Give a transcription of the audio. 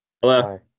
Hello